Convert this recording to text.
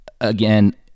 again